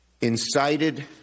incited